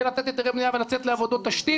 לתת היתרי בנייה ולצאת לעבודות תשתית,